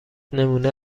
نمونه